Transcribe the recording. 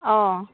अ